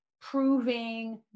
proving